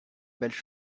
belles